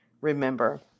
Remember